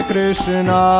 Krishna